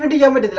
the government